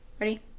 Ready